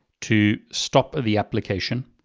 to stop the application.